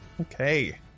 Okay